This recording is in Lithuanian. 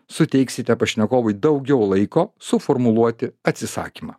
suteiksite pašnekovui daugiau laiko suformuluoti atsisakymą